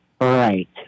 Right